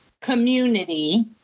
community